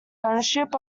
ownership